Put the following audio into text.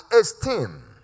esteem